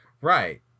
right